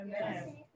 Amen